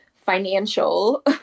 financial